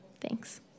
thanks